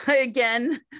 Again